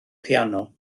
piano